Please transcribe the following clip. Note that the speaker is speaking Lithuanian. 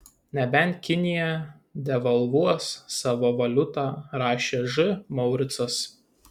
nebent kinija devalvuos savo valiutą rašė ž mauricas